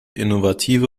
innovative